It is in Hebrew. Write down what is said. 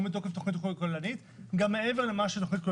לא מתוקף תכנית אחרת,